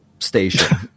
Station